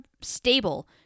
stable